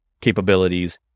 Capabilities